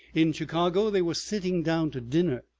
in chicago they were sitting down to dinner,